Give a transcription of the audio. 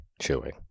chewing